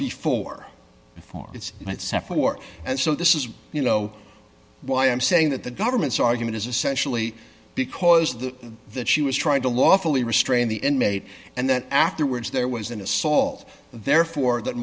before before it's itself war and so this is you know why i'm saying that the government's argument is essentially because the that she was trying to lawfully restrain the inmate and then afterwards there was an assault therefore that